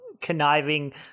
conniving